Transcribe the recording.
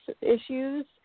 issues